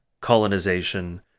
colonization